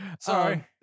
Sorry